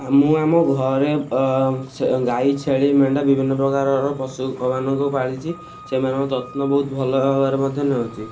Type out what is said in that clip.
ମୁଁ ଆମ ଘରେ ସେ ଗାଈ ଛେଳି ମେଣ୍ଢା ବିଭିନ୍ନ ପ୍ରକାରର ପଶୁମାନଙ୍କୁ ପାଳିଛି ସେମାନଙ୍କର ଯତ୍ନ ବହୁତ ଭଲ ଭାବରେ ମଧ୍ୟ ନେଉଛି